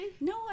No